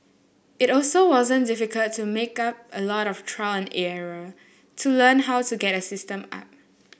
it also wasn't difficult to make up a lot of trial and error to learn how to get a system up